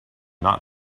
not